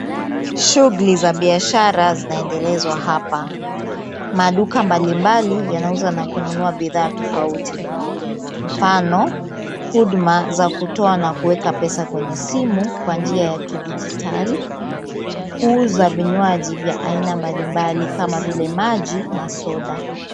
Shughuli za biashara zinaendelezwa hapa. Maduka mbalimbali yanauza na kununua bidhaa tofauti. Mfano, huduma za kutoa na kuweka pesa kwenye simu kwa njia ya kidijitali, kuuza vinywaji vya aina mbalimbali kama vile maji na soda.